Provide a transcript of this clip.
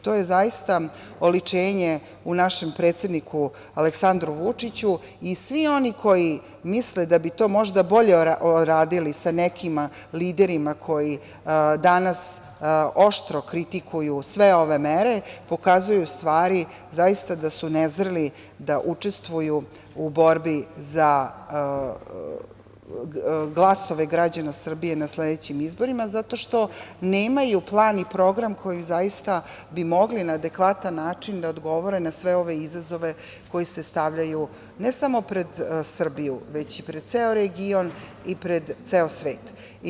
To je zaista oličenje u našem predsedniku Aleksandru Vučiću i svi oni koji misle da bi to možda bolje radili sa nekim liderima koji danas oštro kritikuju sve ove mere pokazuju u stvari da su nezreli da učestvuju u borbi za glasove građana Srbije na sledećim izborima, zato što nemaju plan i program kojim bi zaista mogli na adekvatan način da odgovore na sve ove izazove koji se stavljaju, ne samo pred Srbiju, već i pred ceo region i pred ceo svet.